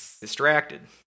distracted